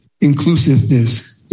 inclusiveness